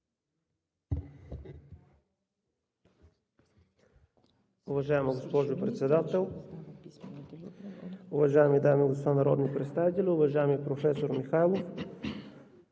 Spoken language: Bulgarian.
Уважаема госпожо Председател, уважаеми дами и господа народни представители! Уважаеми професор Михайлов,